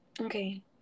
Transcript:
Okay